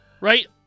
right